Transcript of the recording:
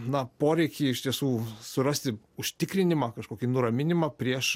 na poreikį iš tiesų surasti užtikrinimą kažkokį nuraminimą prieš